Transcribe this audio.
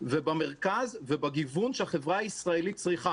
במרכז ובגיוון שהחברה הישראלית צריכה.